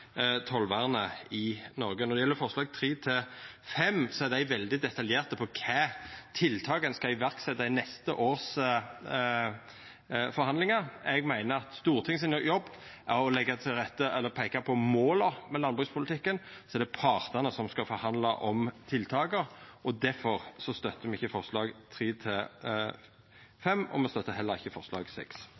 tollvernet i Noreg. Når det gjeld forslaga nr. 3–5, er dei veldig detaljerte på kva tiltak ein skal setja i verk i neste års forhandlingar. Eg meiner at Stortingets jobb er å peika på måla med landbrukspolitikken, og så er det partane som skal forhandla om tiltaka. Difor støttar me ikkje forslaga nr. 3–5, og me støttar heller ikkje forslag